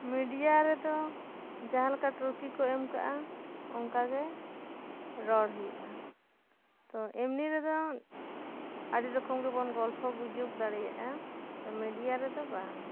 media ᱨᱮᱫᱚ ᱡᱟᱦᱟᱸ ᱞᱮᱠᱟ ᱴᱨᱚᱯᱷᱤ ᱠᱚ ᱮᱢ ᱠᱟᱜ ᱟ ᱚᱱᱠᱟ ᱜᱮ ᱨᱚᱲ ᱦᱩᱭᱩᱜ ᱟ ᱛᱚ ᱮᱢᱱᱤ ᱨᱮᱫᱚ ᱟᱹᱰᱤ ᱨᱚᱠᱚᱢ ᱜᱮᱵᱚᱱ ᱜᱚᱞᱯᱚ ᱜᱩᱡᱩᱵᱽ ᱫᱟᱲᱮᱭᱟᱜ ᱟ ᱢᱤᱰᱤᱭᱟ ᱨᱮᱫᱚ ᱵᱟᱝ